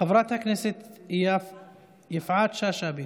חברת הכנסת יפעת שאשא ביטון,